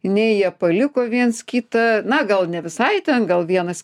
nei jie paliko viens kitą na gal ne visai ten gal vienas